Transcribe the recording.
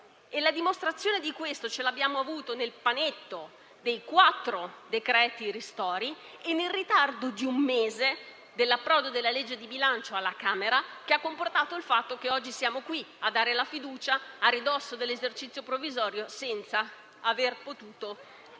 La dimostrazione l'abbiamo avuta nel panetto dei quattro decreti-legge ristori e nel ritardo di un mese dell'approdo del disegno di legge di bilancio alla Camera, che ha comportato il fatto che oggi siamo qui a dare la fiducia a ridosso dell'esercizio provvisorio, senza aver potuto